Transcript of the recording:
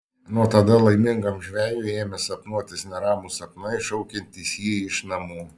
nuo tada laimingam žvejui ėmė sapnuotis neramūs sapnai šaukiantys jį iš namų